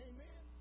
Amen